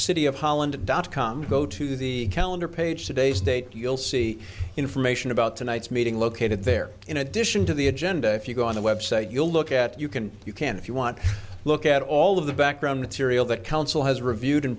city of holland dot com go to the calendar page today's date you'll see information about tonight's meeting located there in addition to the agenda if you go on the website you'll look at you can you can if you want look at all of the background material that council has reviewed in